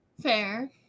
Fair